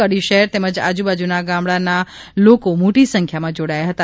કડી શહેર તેમજ આજુ બાજુના ગામડાનાં લોકો માટી સંખ્યામાં જોડાથા હતા